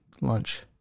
lunch